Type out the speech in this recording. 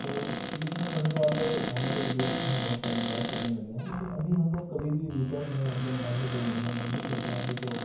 تو لکھنے پڑھنے والے ہمارے دوست ہیں بہت سارے جاب کرنے لگے ہیں لیکن ابھی ہم لوگ کبھی بھی ویکینڈ میں مطلب مہینے دو مہینے میں مل لیتے ہیں ابھی تو